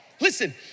Listen